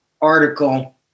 article